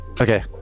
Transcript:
Okay